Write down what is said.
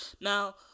Now